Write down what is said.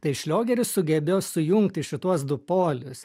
tai šliogeris sugebėjo sujungti šituos du polius